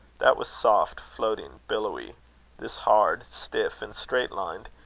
that was soft, floating, billowy this hard, stiff, and straight-lined,